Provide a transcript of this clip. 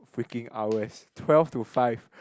freaking hours twelve to five